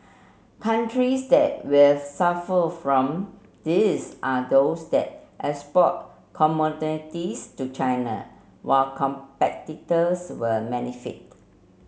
countries that will suffer from this are those that export commodities to China while competitors will benefit